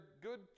good